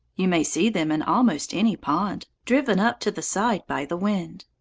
you may see them in almost any pond, driven up to the side by the wind.